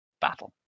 battle